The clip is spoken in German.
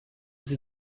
sie